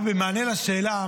במענה לשאלה,